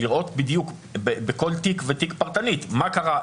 לראות בדיוק בכל תיק ותיק פרטנית מה קרה,